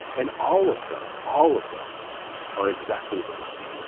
and all of them, all of them are exactly right.